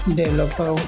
developer